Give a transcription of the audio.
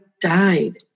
died